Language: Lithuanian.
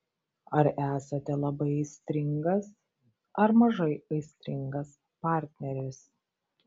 ar esate labai aistringas ar mažai aistringas partneris